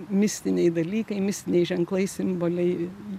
mistiniai dalykai mistiniai ženklai simboliai